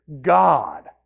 God